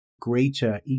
greater